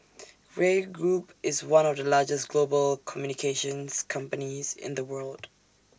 Grey Group is one of the largest global communications companies in the world